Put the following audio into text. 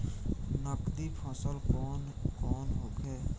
नकदी फसल कौन कौनहोखे?